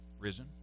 risen